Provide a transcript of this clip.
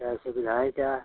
क्या सुविधाएँ क्या